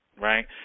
right